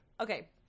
Okay